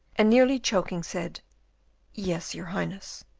and, nearly choking, said yes, your highness.